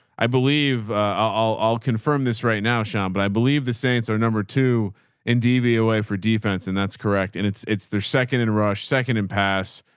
i believe i'll, i'll, i'll confirm this right now, sean, but i believe the saints are number two in dv away for defense and that's correct. and it's it's their second and rush second and pass.